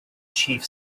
chief